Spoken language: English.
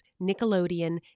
Nickelodeon